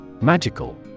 Magical